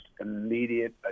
immediate